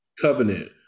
covenant